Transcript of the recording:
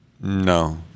no